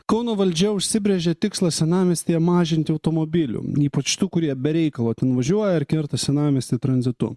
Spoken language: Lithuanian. kauno valdžia užsibrėžė tikslą senamiestyje mažinti automobilių ypač tų kurie be reikalo ten važiuoja ar kerta senamiestį tranzitu